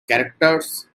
characters